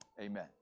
amen